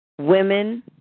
women